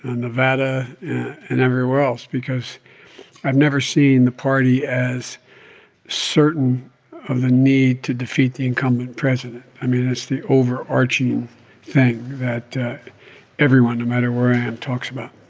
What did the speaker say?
nevada and everywhere else because i've never seen the party as certain of the need to defeat the incumbent president. i mean, that's the overarching thing that everyone, no matter where i am, talks about